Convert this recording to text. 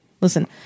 Listen